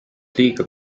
liiga